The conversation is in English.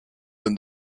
than